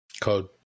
Code